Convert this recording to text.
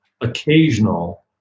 Occasional